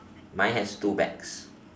mine has two bags